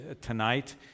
tonight